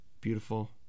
beautiful